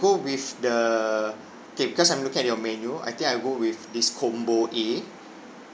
go with the K because I'm look at your menu I think I'll go with this combo A